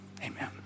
amen